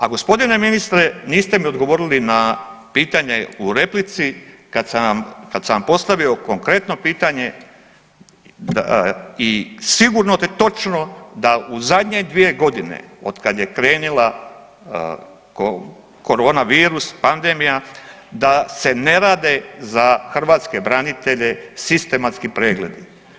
A gospodine ministre niste mi odgovorili na pitanje u replici, kad sam vam, kad sam vam postavio konkretno pitanje i sigurno da je točno da u zadnje 2 godine od kad je krenila korona virus, pandemija da se ne rade za hrvatske branitelje sistematski pregledi.